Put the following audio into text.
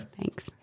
Thanks